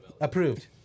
Approved